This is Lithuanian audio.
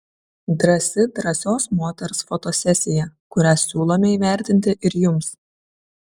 drąsi drąsios moters fotosesija kurią siūlome įvertinti ir jums